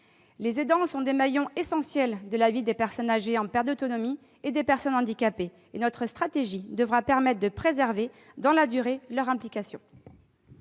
Les aidants sont des maillons essentiels de la vie des personnes âgées en perte d'autonomie et des personnes handicapées. Notre stratégie devra permettre de préserver leur implication